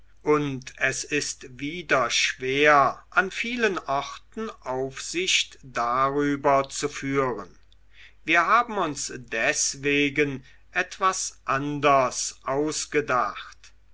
und es ist wieder schwer an vielen orten aufsicht darüber zu führen wir haben uns deswegen etwas anders ausgedacht